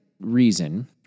reason